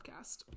podcast